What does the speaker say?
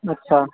ਅੱਛਾ